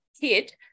kid